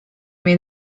mean